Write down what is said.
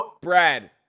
Brad